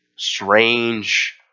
Strange